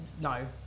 no